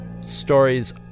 stories